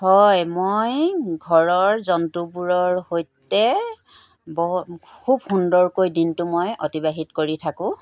হয় মই ঘৰৰ জন্তুবোৰৰ সৈতে বৰ খুব সুন্দৰকৈ দিনটো মই অতিবাহিত কৰি থাকোঁ